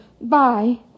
Bye